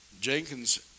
Jenkins